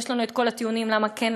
יש לנו כל הטיעונים למה כן,